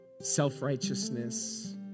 self-righteousness